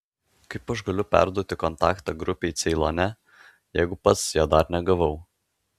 kaip aš galiu perduoti kontaktą grupei ceilone jeigu pats jo dar negavau